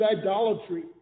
idolatry